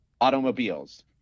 Automobiles